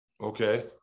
Okay